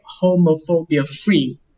homophobia-free